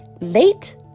late